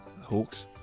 Hawks